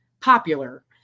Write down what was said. popular